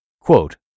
Quote